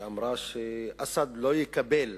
שאמרה שאסד לא יקבל